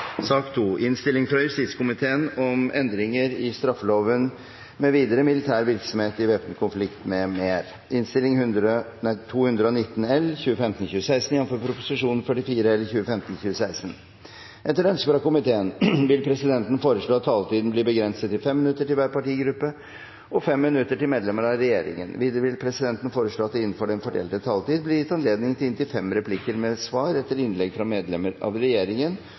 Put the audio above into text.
Etter ønske fra justiskomiteen vil presidenten foreslå at taletiden blir begrenset til 5 minutter til hver partigruppe og 5 minutter til medlemmer av regjeringen. Videre vil presidenten foreslå at det blir gitt anledning til inntil fem replikker med svar etter innlegg av medlemmer fra regjeringen